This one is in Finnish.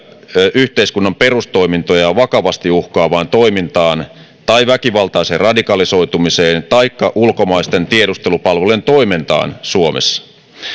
yhteiskunnan perustoimintoja vakavasti uhkaavaan toimintaan tai väkivaltaiseen radikalisoitumiseen taikka ulkomaisten tiedustelupalvelujen toimintaan suomessa